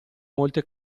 molte